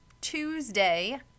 Tuesday